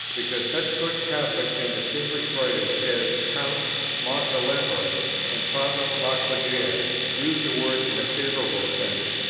because such good catholics and distinguished writers as count montalembert and father lacordaire use the word in a favorable sense,